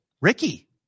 Ricky